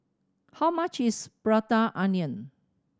how much is Prata Onion